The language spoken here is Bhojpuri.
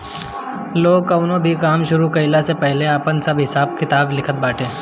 लोग कवनो भी काम शुरू कईला से पहिले आपन सब हिसाब किताब लिखत बाटे